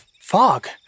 fog